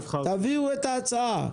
תביאו את ההצעה.